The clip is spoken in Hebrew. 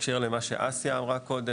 שאסיה אמרה קודם,